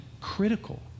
critical